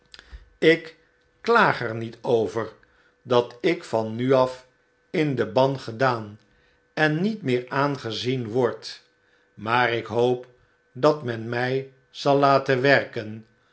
ik klaag er niet over dat ik van nu af in den ban gedaan en niet meer aangezien word maar ik hoop dat men mij zal laten werken